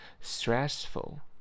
Stressful